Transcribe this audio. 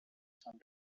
some